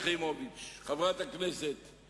הכיסא ישנו.